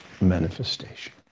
manifestation